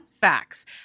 Facts